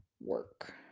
work